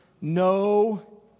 no